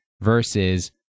versus